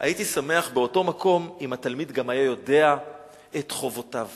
הייתי שמח באותו מקום אם התלמיד גם היה יודע את חובותיו.